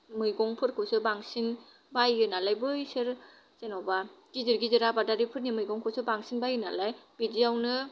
मैगंफोरखौसो बांसिन बायोनालाय बैसोर जेन'बा गिदिर गिदिर आबादारिफोरनि मैगंखौसो बांसिन बायो नालाय बिदियावनो